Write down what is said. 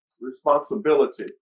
responsibility